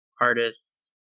artists